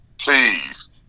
Please